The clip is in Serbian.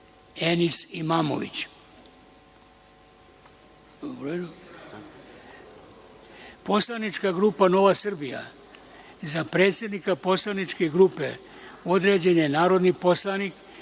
Enis Imamović; Poslanička grupa Nova Srbija – za predsednika poslaničke grupe određen je narodni poslanik